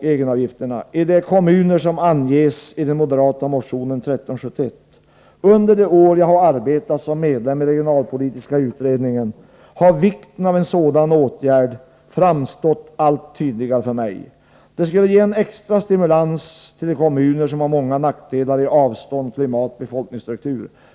egenavgifterna i de kommuner som anges i den moderata motionen 1371. Under de år jag arbetat som ledamot i regionalpolitiska utredningen har vikten av en sådan åtgärd framstått allt tydligare för mig. Det skulle ge en extra stimulans till kommuner som har många nackdelar i avstånd, klimat, befolkningsstruktur.